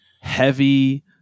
heavy